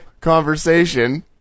conversation